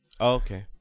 Okay